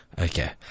okay